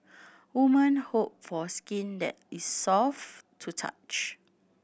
women hope for skin that is soft to touch